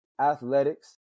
athletics